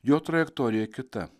jo trajektorija kita